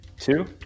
two